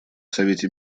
совете